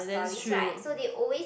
stories right so they always